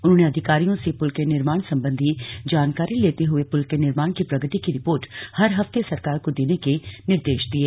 उन्होंने अधिकारियों से पुल के निर्माण संबंधी जानकारी लेते हुए पुल के निर्माण की प्रगति की रिपोर्ट हर हफ्ते सरकार को देने के निर्देश दिये